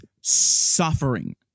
suffering